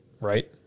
Right